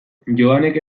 joanek